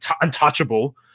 untouchable